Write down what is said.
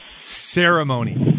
ceremony